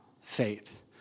faith